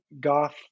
goth